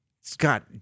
Scott